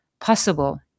possible